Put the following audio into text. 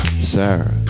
Sarah